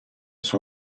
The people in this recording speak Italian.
sua